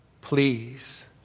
please